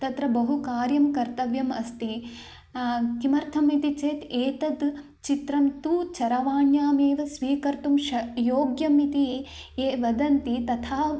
तत्र बहु कार्यं कर्तव्यम् अस्ति किमर्थम् इति चेत् एतद् चित्रं तु चरवाण्याम् एव स्वीकर्तुं श योग्यमिति ये वदन्ति तथा